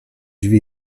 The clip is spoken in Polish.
drzwi